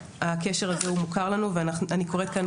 הקשר הזה הוא מוכר לנו ואני קוראת כאן,